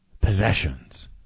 possessions